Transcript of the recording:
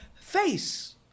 face